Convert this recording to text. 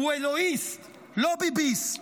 הוא אלוהיסט, לא ביביסט.